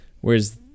Whereas